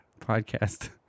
podcast